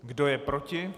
Kdo je proti?